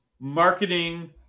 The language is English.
marketing